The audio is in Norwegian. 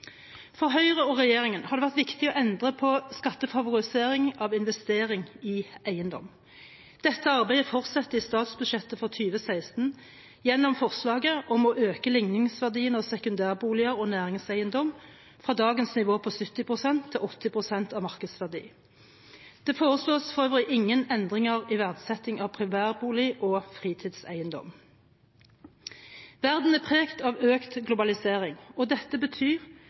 For Høyre og regjeringen har det vært viktig å endre på skattefavoriseringen av investering i eiendom. Dette arbeidet fortsetter i statsbudsjettet for 2016 gjennom forslaget om å øke ligningsverdien av sekundærboliger og næringseiendom fra dagens nivå på 70 pst. til 80 pst. av markedsverdi. Det foreslås for øvrig ingen endringer i verdsetting av primærbolig og fritidseiendom. Verden er preget av økt globalisering, og dette betyr